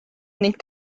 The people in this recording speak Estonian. ning